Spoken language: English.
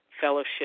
fellowship